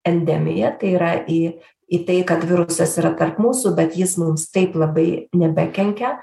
endemiją tai yra į į tai kad virusas yra tarp mūsų bet jis mums taip labai nebekenkia